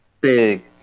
big